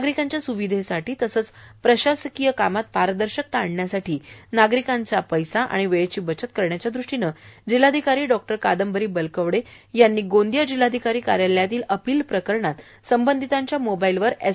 नागरिकांच्या स्विधेसाठी तसेच प्रशासकीय कामात पारदर्शीता आणण्यासाठी व नागरिकांच्या पैसा व वेळेची बचत करण्याच्या दृष्टीने जिल्हाधिकारी डॉ कादंबरी बलकवडे यांनी गोंदिया जिल्हाधिकारी कार्यालयातील अपील प्रकरणात संबंधितांच्या मोबाईलवर एस